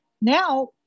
Now